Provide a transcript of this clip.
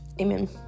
Amen